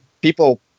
people